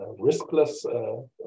riskless